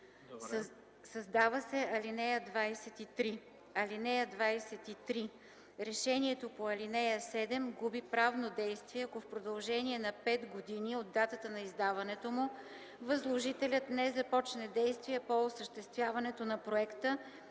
създава се ал. 23: „(23) Решението по ал. 7 губи правно действие, ако в продължение на 5 години от датата на издаването му възложителят не започне действия по осъществяването на проекта